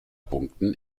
punkten